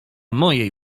mojej